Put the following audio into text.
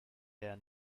der